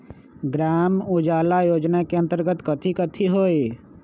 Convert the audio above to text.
ग्राम उजाला योजना के अंतर्गत कथी कथी होई?